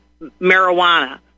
marijuana